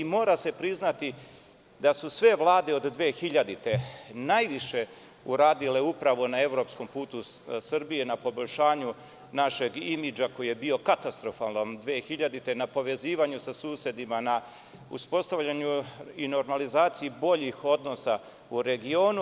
Mora se priznati da su sve vlade od 2000. godine najviše uradile upravo na evropskom putu Srbije, na poboljšanju našeg imidža, koji je bio katastrofalan 2000. godine, na povezivanju sa susedima, na uspostavljanju i normalizaciji boljih odnosa u regionu.